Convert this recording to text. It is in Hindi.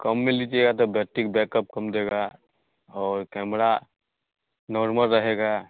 कम में लीजिएगा त बैट्टीक बैकअप कम देगा और कैमरा नॉर्मल रहेगा